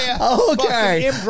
okay